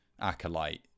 acolyte